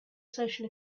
social